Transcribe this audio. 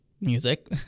music